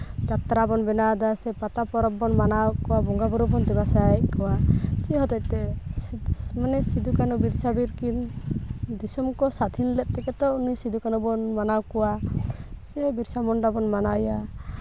ᱡᱟᱛᱨᱟ ᱵᱚᱱ ᱢᱟᱱᱟᱣᱫᱟ ᱥᱮ ᱯᱟᱛᱟ ᱯᱚᱨᱚᱵᱽ ᱵᱚᱱ ᱢᱟᱱᱟᱣ ᱠᱚᱣᱟ ᱵᱚᱸᱜᱟᱼᱵᱳᱨᱳ ᱵᱚᱱ ᱫᱮᱵᱟ ᱥᱮᱵᱟᱭᱮᱜ ᱠᱚᱣᱟ ᱪᱮᱫ ᱦᱚᱛᱮᱡ ᱛᱮ ᱢᱟᱱᱮ ᱥᱤᱫᱷᱩ ᱠᱟᱹᱱᱦᱩ ᱵᱤᱨᱥᱟ ᱵᱤᱨ ᱠᱤᱱ ᱫᱤᱥᱚᱢ ᱠᱚ ᱥᱟᱹᱫᱷᱤᱱ ᱞᱮᱜ ᱛᱮᱜᱮ ᱛᱚ ᱩᱱᱤ ᱥᱤᱫᱷᱩ ᱠᱟᱹᱱᱦᱩ ᱵᱚᱱ ᱢᱟᱱᱟᱣ ᱠᱚᱣᱟ ᱥᱮ ᱵᱤᱨᱥᱟ ᱢᱩᱱᱰᱟ ᱵᱚᱱ ᱢᱟᱱᱟᱣ ᱮᱭᱟ